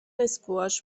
اسکواش